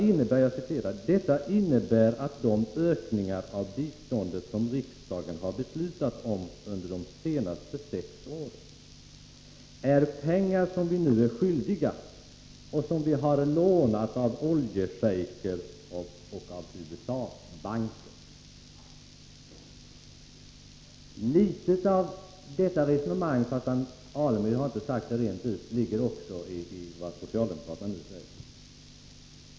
Därefter sade han: ”Detta innebär att de ökningar av biståndet som riksdagen har beslutat om under de senaste sex åren är pengar som vi nu är skyldiga och som vi har lånat av oljeschejker och av USA-banker.” Litet av detta resonemang ligger också i det socialdemokraterna nu säger, fast Stig Alemyr inte har sagt det rent ut.